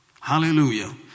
Hallelujah